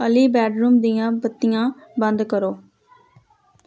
Ali bedroom ਦੀਆਂ ਬੱਤੀਆਂ ਬੰਦ ਕਰੋ